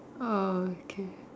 orh okay